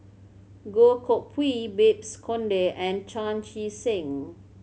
Goh Koh Pui Babes Conde and Chan Chee Seng